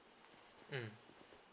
mm